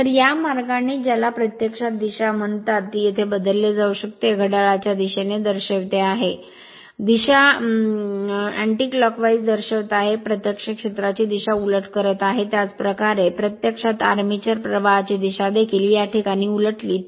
तर या मार्गाने ज्याला प्रत्यक्षात दिशा म्हणतात ती येथे बदलली जाऊ शकते हे येथे घड्याळाच्या दिशेने दर्शवित आहे दिशा अँटिलोकविस दर्शवित आहे प्रत्यक्षात क्षेत्राची दिशा उलट करीत आहे त्याचप्रकारे प्रत्यक्षात आर्मेचर प्रवाहाची दिशा देखील या प्रकरणात उलटली तर